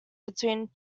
between